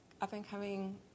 up-and-coming